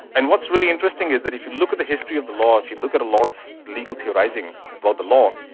and what's really interesting is that if you look at the history of the law, if you look at a lot of legality arising about the law,